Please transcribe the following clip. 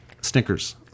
snickers